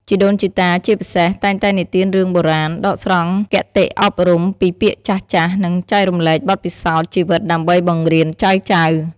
ជីដូនជីតា ជាពិសេស តែងតែនិទានរឿងបុរាណ ដកស្រង់គតិអប់រំពីពាក្យចាស់ៗ និងចែករំលែកបទពិសោធន៍ជីវិតដើម្បីបង្រៀនចៅៗ។